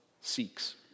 seeks